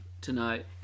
tonight